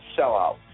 sellout